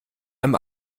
einem